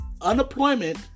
unemployment